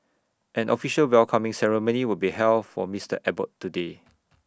an official welcoming ceremony will be held for Mister Abbott today